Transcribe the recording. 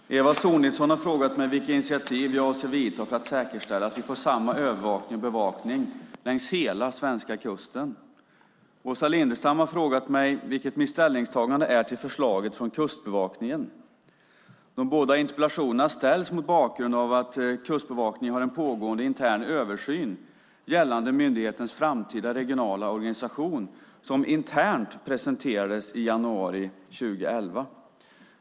Fru talman! Eva Sonidsson har frågat mig vilka initiativ jag avser att ta för att säkerställa att vi får samma övervakning och bevakning längs hela den svenska kusten. Åsa Lindestam har frågat mig vilket mitt ställningstagande är till förslaget från Kustbevakningen. De både interpellationerna ställs mot bakgrund av Kustbevakningens pågående interna översyn gällande myndighetens framtida regionala organisation som internt presenterades i januari 2011.